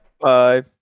Bye